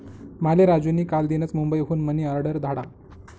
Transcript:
माले राजू नी कालदीनच मुंबई हुन मनी ऑर्डर धाडा